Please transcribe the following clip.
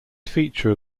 feature